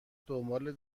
دنبال